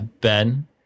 Ben